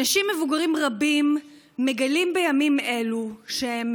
אנשים מבוגרים רבים מגלים בימים אלו שהם